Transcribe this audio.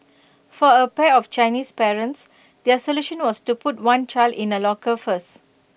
for A pair of Chinese parents their solution was to put one child in A locker first